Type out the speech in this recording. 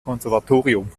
konservatorium